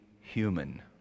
human